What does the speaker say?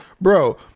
Bro